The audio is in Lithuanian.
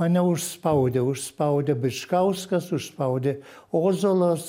mane užspaudė užspaudė bičkauskas užspaudė ozolas